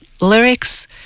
lyrics